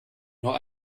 nur